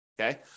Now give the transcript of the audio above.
Okay